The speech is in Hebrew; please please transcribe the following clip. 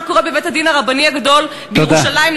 מה קורה בבית-הדין הרבני הגדול בירושלים,